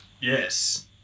Yes